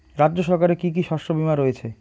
রাজ্য সরকারের কি কি শস্য বিমা রয়েছে?